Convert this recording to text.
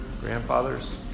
grandfathers